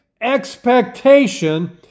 expectation